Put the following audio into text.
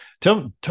Tell